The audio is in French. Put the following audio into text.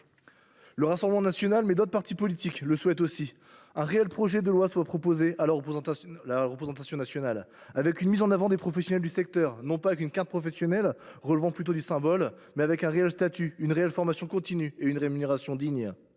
Le Rassemblement national souhaite, comme d’autres partis politiques, qu’un véritable projet de loi soit proposé à la représentation nationale, avec une mise en avant des professionnels du secteur, non pas avec une carte professionnelle, relevant plutôt du symbole, mais avec un réel statut, une réelle formation continue et une rémunération digne